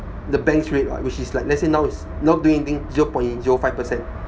the bank's rate right which is like let's say now it's not doing anything zero point zero five percent